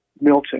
Milton